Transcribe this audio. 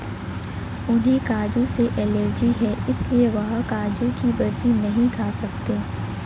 उन्हें काजू से एलर्जी है इसलिए वह काजू की बर्फी नहीं खा सकते